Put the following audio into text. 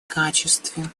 качестве